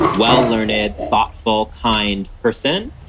well learned, thoughtful, kind person.